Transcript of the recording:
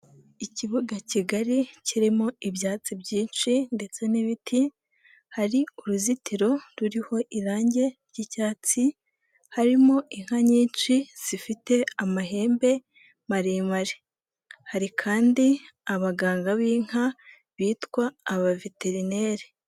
Ikibuga kigari kirimo ibyatsi byinshi ndetse n'ibiti, hari uruzitiro ruriho irangi ry'icyatsi, harimo inka nyinshi zifite amahembe maremare, hari kandi abaganga b'inka bitwa abaveterineri.